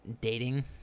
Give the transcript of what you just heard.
dating